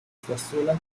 zarzuela